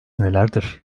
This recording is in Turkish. nelerdir